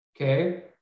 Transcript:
Okay